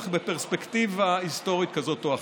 אך בפרספקטיבה היסטורית כזאת או אחרת.